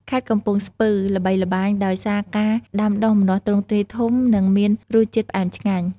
ខេត្តកំពង់ស្ពឺ ល្បីល្បាញដោយសារការដាំដុះម្នាស់ទ្រង់ទ្រាយធំ និងមានរសជាតិផ្អែមឆ្ងាញ់។